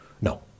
No